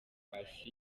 paccy